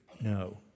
No